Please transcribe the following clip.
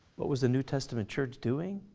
what was the new testament church doing?